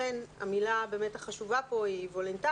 לכן המילה החשובה פה היא באמת "וולונטרי".